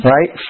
Right